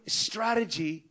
strategy